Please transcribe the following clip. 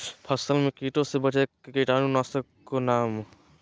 फसल में कीटों से बचे के कीटाणु नाशक ओं का नाम?